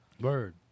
Bird